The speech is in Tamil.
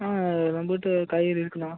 ஆ நம்மள்ட்ட காய்கறி இருக்குதுண்ணா